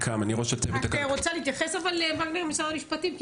את רוצה להתייחס למה שנאמר על ידי משרד המשפטים?